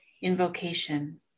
invocation